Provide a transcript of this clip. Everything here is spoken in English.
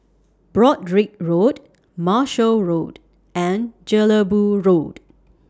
Broadrick Road Marshall Road and Jelebu Road